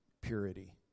purity